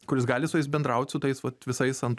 kuris gali su jais bendraut su tais vat visais ant